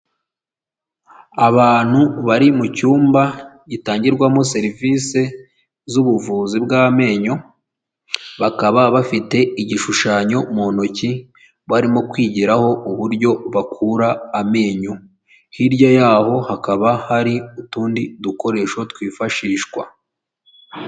Abantu bari mu cyumba gitangirwamo serivise z'ubuvuzi bw'amenyo, bakaba bafite igishushanyo mu ntoki barimo kwigiraho uburyo bakura amenyo, hirya yaho hakaba hari utundi dukoresho twifashishwa.